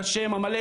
את השם המלא,